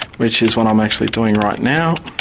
which is what i'm actually doing right now.